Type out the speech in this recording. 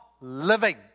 living